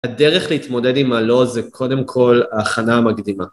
הדרך להתמודד עם הלא זה קודם כל ההכנה המקדימה.